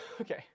okay